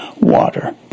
water